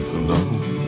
alone